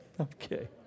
Okay